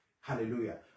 Hallelujah